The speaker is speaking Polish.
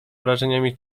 wrażeniami